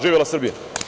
Živela Srbija.